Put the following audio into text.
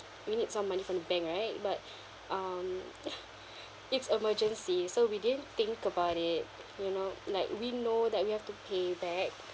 we need some money from the bank right but um it's emergency so we didn't think about it you know like we know that we have to pay back